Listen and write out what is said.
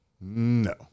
No